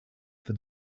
for